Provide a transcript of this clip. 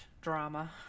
drama